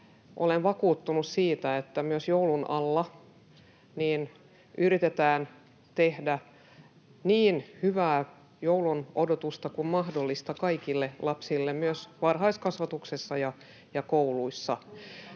Olen vakuuttunut siitä, että myös joulun alla yritetään tehdä niin hyvää joulunodotusta kuin mahdollista kaikille lapsille, myös varhaiskasvatuksessa ja kouluissa.